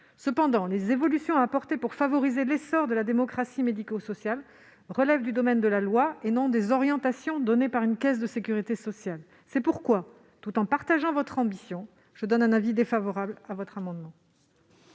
Cependant, les évolutions à apporter pour favoriser l'essor de la démocratie médico-sociale relèvent du domaine de la loi, et non des orientations données par une caisse de sécurité sociale. C'est pourquoi, tout en partageant votre ambition, j'émets un avis défavorable sur votre amendement.